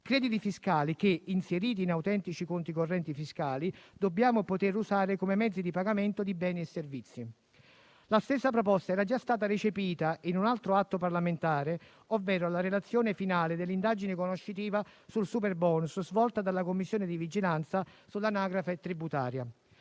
crediti fiscali che, inseriti in autentici conti correnti fiscali, dobbiamo poter usare come mezzi di pagamento di beni e servizi. La stessa proposta era già stata recepita in un altro atto parlamentare, ovvero il documento finale dell'indagine conoscitiva sul superbonus svolta dalla Commissione di vigilanza sull'anagrafe tributaria.